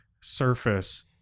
surface